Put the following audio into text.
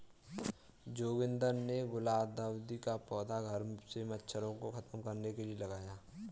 जोगिंदर ने गुलदाउदी का पौधा घर से मच्छरों को खत्म करने के लिए लगाया